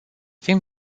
fim